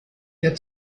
der